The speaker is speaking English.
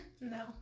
No